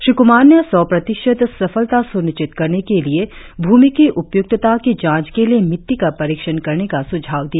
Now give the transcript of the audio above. श्री कुमार ने सौ प्रतिशत सफलता सुनिश्चित करने के लिए भूमि की उपयुक्तता की जांच के लिए मिट्टी का परीक्षण करने का सुझाव दिया